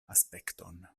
aspekton